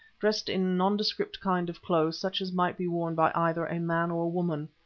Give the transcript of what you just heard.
dressed in nondescript kind of clothes such as might be worn by either a man or a woman.